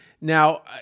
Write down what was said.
Now